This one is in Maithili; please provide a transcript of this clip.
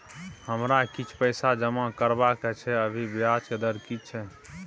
हमरा किछ पैसा जमा करबा के छै, अभी ब्याज के दर की छै?